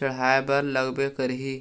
चड़हाय बर लगबे करही